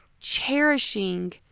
cherishing